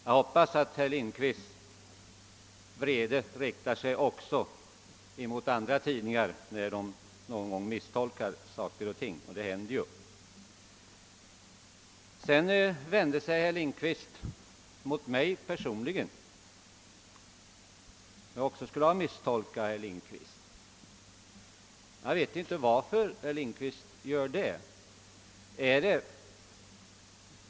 — Jag hoppas att herr Lindkvists vrede riktar sig också mot andra tidningar när de någon gång misstolkat saker och ting — och det händer ju. Sedan vände sig herr Lindkvist mot mig personligen; jag skulle också ha misstolkat herr Lindkvist. Jag vet inte varför herr Lindkvist påstår detta.